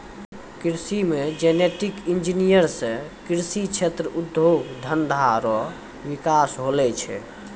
कृषि मे genetic engineer से कृषि क्षेत्र उद्योग धंधा रो विकास होलो छै